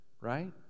Right